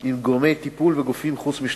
פעולה עם גורמי טיפול וגופים חוץ-משטרתיים.